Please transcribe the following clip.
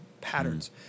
patterns